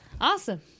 Awesome